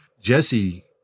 Jesse